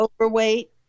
overweight